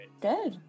good